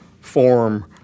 form